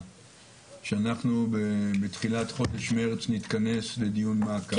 שאנחנו בתחילת חודש מרץ נתכנס לדיון מעקב.